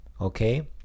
Okay